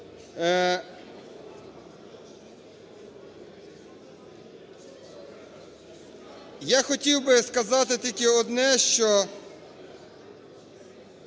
Я хотів би сказати тільки одне, що